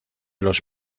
los